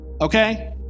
okay